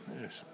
yes